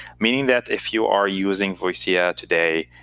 meaning that if you are using voicea today,